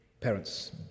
parents